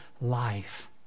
life